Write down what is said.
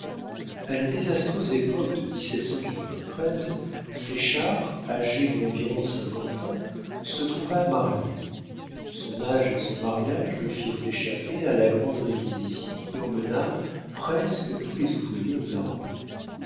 a la désastreuse époque de ses chars âgés d'environ cinquante ans se trouva marié son âge et son mariage le firent échapper à la grande réquisition qui emmena presque tous les ouvriers aux armées